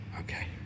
Okay